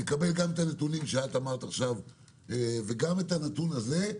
נקבל גם את הנתונים שאת אמרת עכשיו וגם את הנתון הזה,